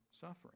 suffering